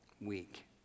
week